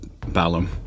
Balam